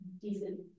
decent